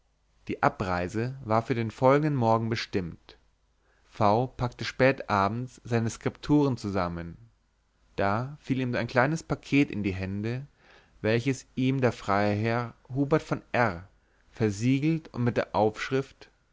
die abreise war für den folgenden morgen bestimmt v packte spät abends seine skripturen zusammen da fiel ihm ein kleines paket in die hände welches ihm der freiherr hubert von r versiegelt und mit der aufschrift